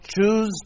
choose